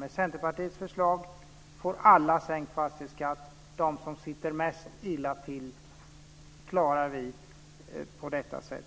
Med Centerpartiets förslag får alla sänkt fastighetsskatt, och vi klarar dem som sitter mest illa till på detta sätt.